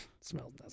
smells